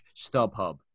StubHub